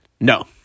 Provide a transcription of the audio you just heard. No